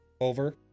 over